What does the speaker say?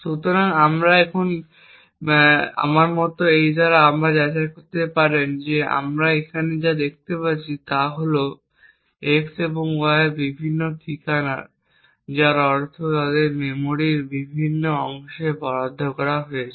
সুতরাং আমরা এই মত কিছু দ্বারা এটি আবার যাচাই করতে পারেন এবং আমরা এখানে যা দেখতে পাচ্ছি তা হল x এবং y বিভিন্ন ঠিকানার যার অর্থ তাদের মেমরির বিভিন্ন অংশে বরাদ্দ করা হয়েছে